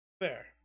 Fair